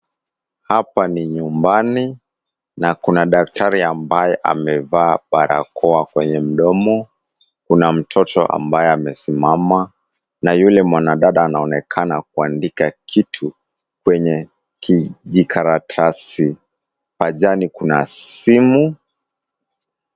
Hapa ni nyumbani, na kuna daktari ambaye amevaa barakoa kwenye mdomo. Kuna mtoto ambaye amesimama, na yule mwanadada anaonekana kuandika kitu kwenye kijikaratasi, pajani kuna simu.